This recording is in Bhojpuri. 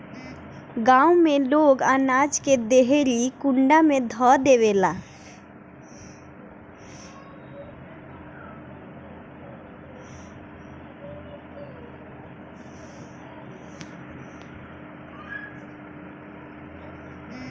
गांव में लोग अनाज के देहरी कुंडा में ध देवेला